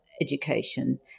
education